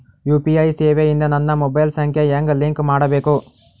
UPI ಸೇವೆ ಇಂದ ನನ್ನ ಮೊಬೈಲ್ ಸಂಖ್ಯೆ ಹೆಂಗ್ ಲಿಂಕ್ ಮಾಡಬೇಕು?